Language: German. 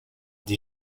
die